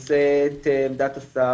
את עמדת השר.